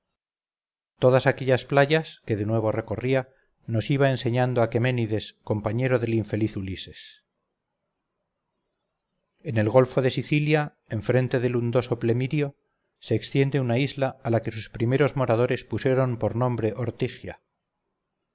todas aquellas playas que de nuevo recorría nos iba enseñando aqueménides compañero del infeliz ulises en el golfo de sicilia en frente del undoso plemirio se extiende una isla a la que sus primeros moradores pusieron por nombre ortigia